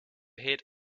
hit